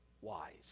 wise